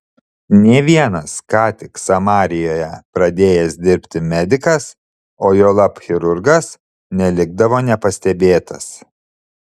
nė vienas ką tik samarijoje pradėjęs dirbti medikas o juolab chirurgas nelikdavo nepastebėtas